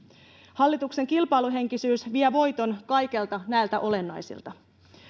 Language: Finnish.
hallituksen kilpailuhenkisyys vie voiton kaikilta näiltä olennaisilta